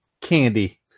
candy